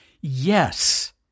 Yes